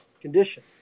condition